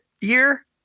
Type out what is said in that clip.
year